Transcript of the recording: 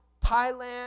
Thailand